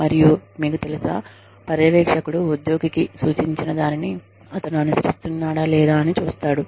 మరియు మీకు తెలుసా పర్యవేక్షకుడు ఉద్యోగికి సూచించినదానిని అతను అనుసరిస్తున్నాడా లేదా అని చూస్తాడు